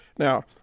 Now